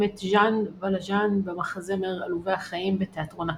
את ז'אן ולז'אן במחזמר "עלובי החיים" בתיאטרון הקאמרי.